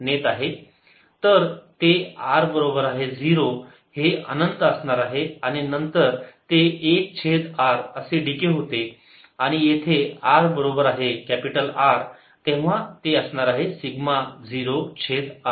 तर ते r बरोबर आहे 0 हे अनंत असणार आहे आणि नंतर ते 1 छेद R असे डिके होते आणि येथे R बरोबर आहे कॅपिटल R तेव्हा ते असणार आहे सिग्मा 0 छेद R